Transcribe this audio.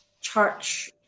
church